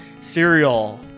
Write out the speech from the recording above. Cereal